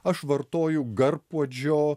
aš vartoju garpuodžio